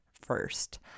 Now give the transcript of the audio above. first